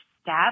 step